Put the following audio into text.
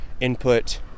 input